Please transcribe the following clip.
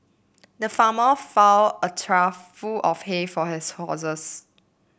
the farmer a trough full of hay for his horses